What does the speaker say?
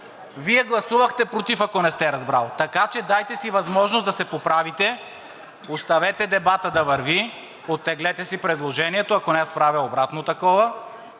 Вие гласувахте против, ако не сте разбрали. Така че дайте си възможност да се поправите. Оставете дебата да върви, оттеглете си предложението. Ако не, аз правя обратно такова.